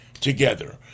together